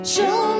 Show